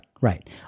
right